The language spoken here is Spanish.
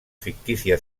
ficticia